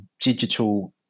digital